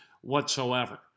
whatsoever